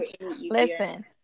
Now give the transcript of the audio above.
listen